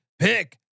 Pick